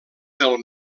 del